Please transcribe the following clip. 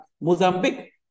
Mozambique